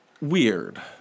Weird